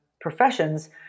professions